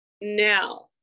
Now